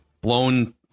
Blown